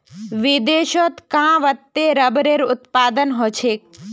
विदेशत कां वत्ते रबरेर उत्पादन ह छेक